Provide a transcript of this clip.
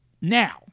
Now